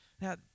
now